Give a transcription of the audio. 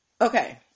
okay